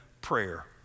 Prayer